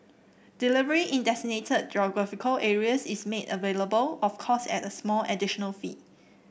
delivery in designated geographical areas is made available of course at a small additional fee